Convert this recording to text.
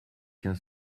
qu’un